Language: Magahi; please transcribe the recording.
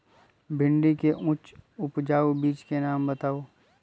भिंडी के उच्च उपजाऊ बीज के नाम बताऊ?